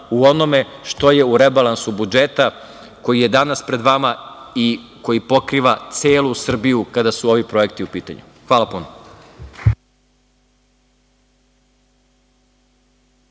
u onome što je u rebalansu budžeta koji je danas pred vama i koji pokriva celu Srbiju kada su ovi projekti u pitanju. Hvala puno.